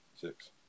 Six